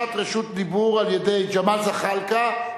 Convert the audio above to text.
בקשת רשות דיבור על-ידי ג'מאל זחאלקה,